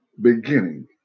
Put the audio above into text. beginning